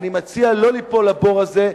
אני מציע לא ליפול לבור הזה,